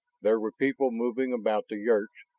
there were people moving about the yurts,